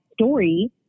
story